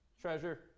treasure